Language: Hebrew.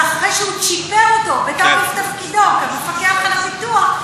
זה אחרי שהוא צ'יפר אותו בתוקף תפקידו כמפקח על הביטוח,